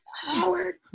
Howard